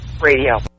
Radio